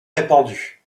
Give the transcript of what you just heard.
répandue